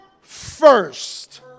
first